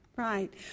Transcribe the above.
Right